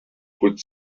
put